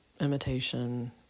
imitation